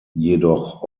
jedoch